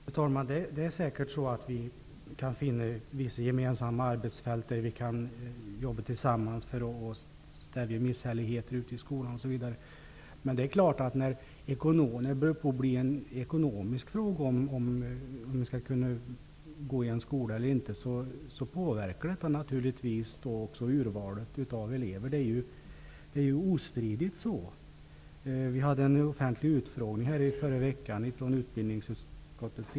Fru talman! Det är säkert så att vi kan finna vissa gemensamma arbetsfält och jobba tillsammans för att stävja misshälligheter ute i skolorna, osv. Men det är klart att när frågan om att kunna gå i en skola eller inte har blivit en ekonomisk fråga, påverkas naturligtvis urvalet av elever. Det är ostridigt så. Utbildningsutskottet arrangerade en offentlig utskottsutfrågning i förra veckan.